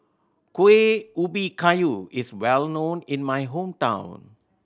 Kueh Ubi Kayu is well known in my hometown